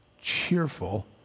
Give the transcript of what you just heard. cheerful